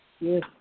Yes